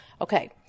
Okay